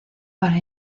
para